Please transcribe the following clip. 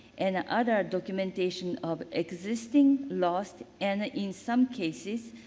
and other documentation of existing lost and in some cases,